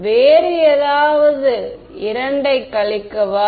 மாணவர் வேறு ஏதாவது 2 ஐக் கழிக்கவா